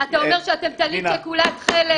אתה אומר שאתם טלית שכולה תכלת.